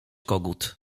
kogut